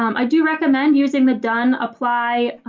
um i do recommend using the done apply or